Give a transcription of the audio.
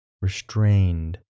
restrained